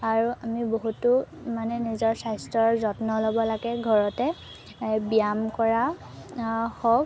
আৰু আমি বহুতো মানে নিজৰ স্বাস্থ্যৰ যত্ন ল'ব লাগে ঘৰতে ব্যায়াম কৰা হওক